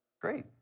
Great